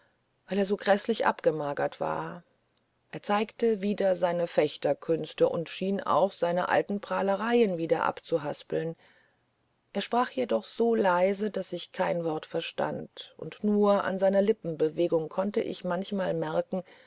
weil er so gräßlich abgemagert war er zeigte wieder seine fechterkünste und schien auch seine alten prahlereien wieder abzuhaspeln er sprach jedoch so leise daß ich kein wort verstand und nur an seiner lippenbewegung konnte ich manchmal merken